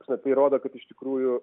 ta prasme tai rodo kad iš tikrųjų